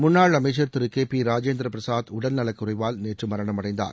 முன்னாள் அமைச்சர் திரு கே பி ராஜேந்திர பிரசாத் உடல் நலக்குறைவால் நேற்று மரணமடைந்தார்